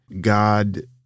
god